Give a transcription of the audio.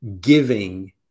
giving